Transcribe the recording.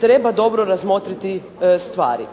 treba dobro razmotriti stvari.